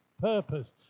purpose